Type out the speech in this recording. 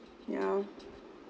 yeah